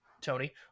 Tony